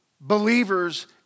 believers